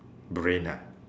brain ah